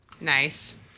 Nice